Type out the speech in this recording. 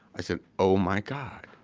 i said, oh my god.